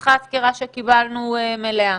שמבחינתך הסקירה שקיבלנו מלאה?